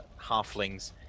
halflings